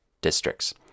districts